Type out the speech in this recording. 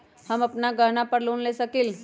हम अपन गहना पर लोन ले सकील?